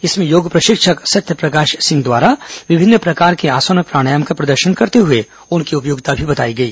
इसमें योग प्रशिक्षक सत्यप्रकाश सिंह द्वारा विभिन्न प्रकार के आसन और प्राणायाम का प्रदर्शन करते हुए उनकी उपयोगिता भी बताई गई